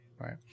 Right